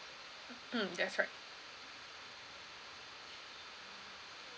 mm that's right